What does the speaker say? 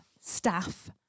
staff